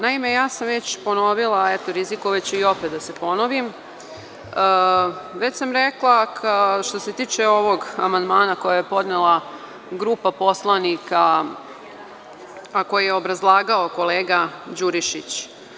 Naime, ja sam već ponovila, a rizikovaću i opet da se ponovim, već sam rekla što se tiče ovog amandmana koji je podnela grupa poslanika, a koje je obrazlagao kolega Đurišić.